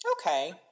Okay